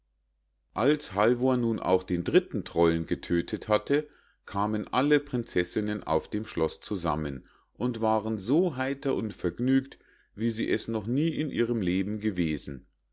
als halvor nun auch den dritten trollen getödtet hatte kamen alle prinzessinnen auf dem schloß zusammen und waren so heiter und vergnügt wie sie es noch nie in ihrem leben gewesen